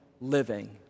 living